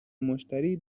مشتری